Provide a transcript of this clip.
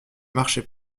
marchait